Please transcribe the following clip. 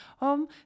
Om